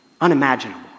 unimaginable